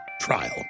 trial